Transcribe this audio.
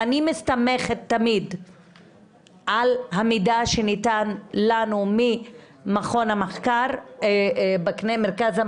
אני תמיד מסתמכת על המידע שניתן לנו ממכון המחקר בכנסת.